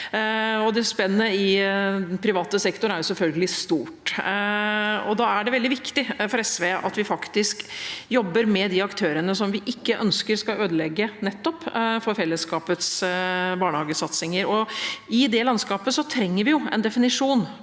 Spennet i privat sektor er selvfølgelig stort. Da er det veldig viktig for SV at vi faktisk jobber med de aktørene vi ikke ønsker at skal ødelegge nettopp for fellesskapets barnehagesatsinger. I det landskapet trenger vi en definisjon